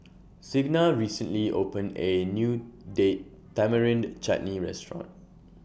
Signa recently opened A New Date Tamarind Chutney Restaurant